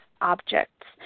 objects